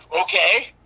okay